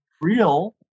real